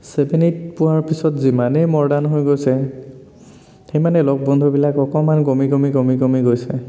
seven eight পোৱাৰ পিছত যিমানেই মডাৰ্ণ হৈ গৈছে সিমানেই লগ বন্ধুবিলাক অকণমান কমি কমি কমি কমি গৈছে